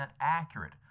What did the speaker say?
accurate